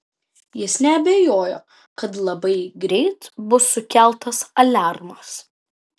jis neabejojo kad labai greit bus sukeltas aliarmas